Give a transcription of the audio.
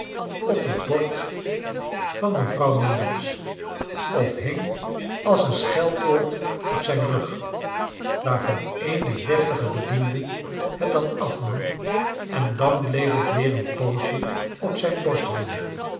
op het bord van mccharles dickens vrouw meagles of liing als cen schelkoord op sdjn rug waarvan een der deftige bedienden het dan afnam en dan bleef het weer een poosje op zijn borst hangen